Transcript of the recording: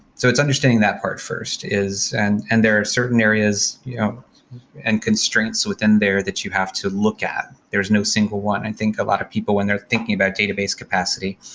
so it's understanding that part first, and and there are certain areas and constraints within there that you have to look at. there is no single one. i think a lot of people, when they're thinking about database capacity,